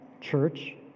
church